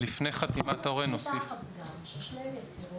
ששניהם יצהירו.